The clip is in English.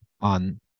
On